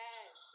Yes